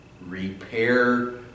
repair